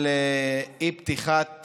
על אי-פתיחת